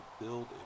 build